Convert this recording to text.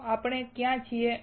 તો આપણે ક્યાં છીએ